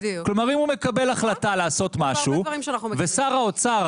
כלומר אם הוא מקבל החלטה לעשות משהו ושר האוצר